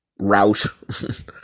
route